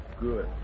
Good